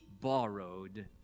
borrowed